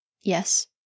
Yes